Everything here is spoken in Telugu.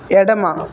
ఎడమ